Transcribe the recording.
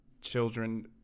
Children